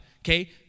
Okay